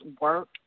work